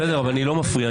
אני לא מפריע.